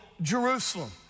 Jerusalem